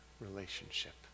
relationship